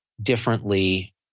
differently